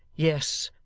yes,